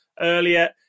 earlier